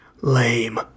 lame